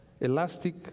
elastic